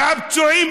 והפצועים,